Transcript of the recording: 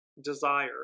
desire